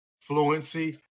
fluency